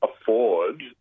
afford